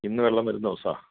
ഇന്ന് വെള്ളം വരുന്ന ദിവസമാണ്